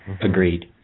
Agreed